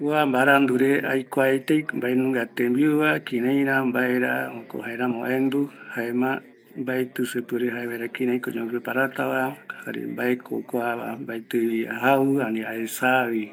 Kua mbarandure aikuaetei mbaenunga tembiurakova, kiïraïra, joko jaeramo aendu, jaema mbaetɨ se puereta jae kïraiko oyembo preparatava, mbaeko kua, mbaetɨvi jau, jare aesaavi